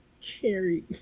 Carrie